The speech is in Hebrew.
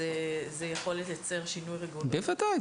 זה יכול לייצר שינוי --- בוודאי,